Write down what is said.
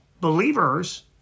believers